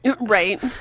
right